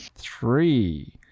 three